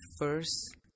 first